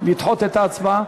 לדחות את ההצבעה?